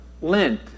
Lent